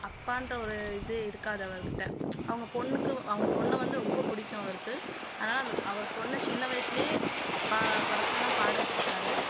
அப்பான்ற ஒரு இதே இருக்காது அவர்க்கிட்டே அவங்க பொண்ணுக்கு அவங்க பொண்ணை வந்து ரொம்ப பிடிக்கும் அவருக்கு அதனால அந்த அவர் பொண்ணை சின்ன வயசுலேயே படத்திலெல்லாம் பாட வைச்சிருக்காரு